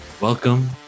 Welcome